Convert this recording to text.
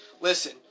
Listen